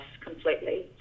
completely